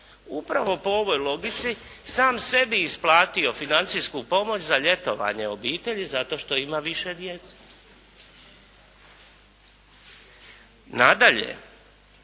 upravo po ovoj logici sam sebi isplatio financijsku pomoć za ljetovanje obitelji zato što ima više djece. Nadalje,